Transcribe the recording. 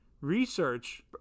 research